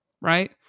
right